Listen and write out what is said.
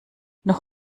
noch